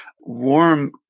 warm